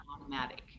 automatic